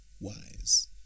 Wise